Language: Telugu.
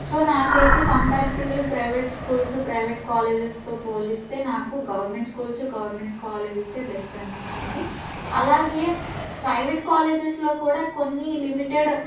సో నాకైతే కంపేరిటివ్లి ప్రైవేట్ స్కూల్స్ ప్రైవేట్ కాలేజెస్తో పోలిస్తే నాకు గవర్నమెంట్ స్కూల్స్ గవర్నమెంట్ కాలేజెస్యే బెస్ట్ అనిపిస్తుంది అలాగే ప్రైవేట్ కాలేజెస్లో కూడా కొన్ని లిమిటెడ్